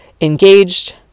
engaged